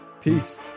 Peace